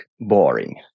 boring